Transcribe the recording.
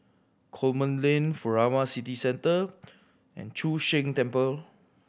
Coleman Lane Furama City Centre and Chu Sheng Temple